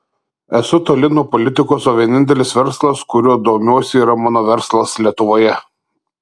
esu toli nuo politikos o vienintelis verslas kuriuo domiuosi yra mano verslas lietuvoje